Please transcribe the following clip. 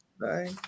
Bye